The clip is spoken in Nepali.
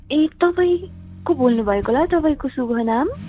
ए तपाईँ को बोल्नु भएको होला तपाईँको शुभ नाम